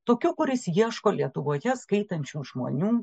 tokiu kuris ieško lietuvoje skaitančių žmonių